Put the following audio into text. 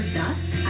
dust